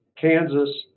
Kansas